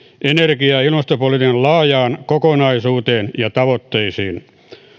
energia ja ja ilmastopolitiikan laajaan kokonaisuuteen ja tavoitteisiin